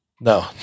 No